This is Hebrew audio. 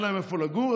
אין להם איפה לגור,